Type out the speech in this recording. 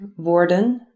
woorden